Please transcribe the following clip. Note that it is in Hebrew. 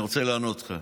אני רוצה לענות לך.